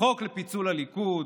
חוק לפיצול הליכוד,